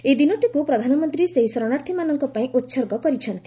ଏହି ଦିନଟିକୃ ପ୍ରଧାନମନ୍ତ୍ରୀ ସେହି ଶରଣାର୍ଥୀମାନଙ୍କ ପାଇଁ ଉତ୍ସର୍ଗ କରିଛନ୍ତି